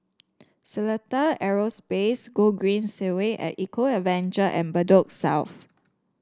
Seletar Aerospace Gogreen Segway at Eco Adventure and Bedok South